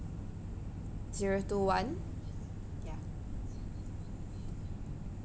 zero two one